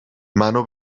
منو